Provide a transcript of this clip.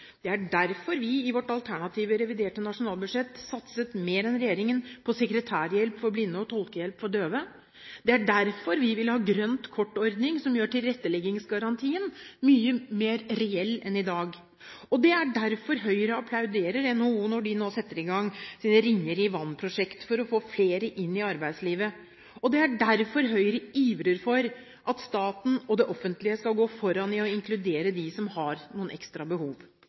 Det er derfor vi i vårt alternative reviderte nasjonalbudsjett satset mer enn regjeringen på sekretærhjelp for blinde og tolkehjelp for døve. Det er derfor vi vil ha en grønt kort-ordning som gjør tilretteleggingsgarantien mye mer reell enn i dag. Det er derfor Høyre applauderer NHO når de nå setter i gang sitt «Ringer i vannet»-prosjekt for å få flere inn i arbeidslivet. Det er derfor Høyre ivrer for at staten og det offentlige skal gå foran med å inkludere dem som har noen ekstra behov.